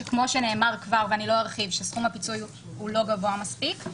שכמו שנאמר כבר ואני לא ארחיב שסכום הפיצוי לא גבוה מספיק.